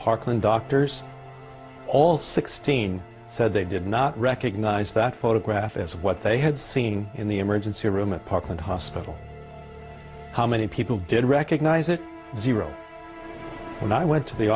parkland doctors all sixteen said they did not recognize that photograph as what they had seen in the emergency room at parkland hospital how many people did recognize it zero when i went to the